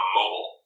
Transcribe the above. mobile